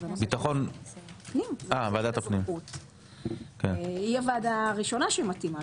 היא הוועדה הראשונה שמתאימה.